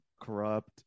corrupt